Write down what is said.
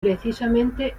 precisamente